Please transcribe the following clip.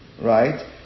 right